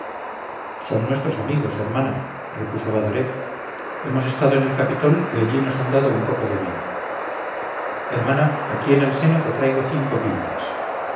son nuestros amigos hermana repuso badoret hemos estado en el capitol y allí nos han dado un poco de vino hermana aquí en el seno te traigo cinco guindas